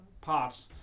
parts